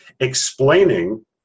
explaining